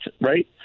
right